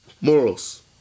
Morals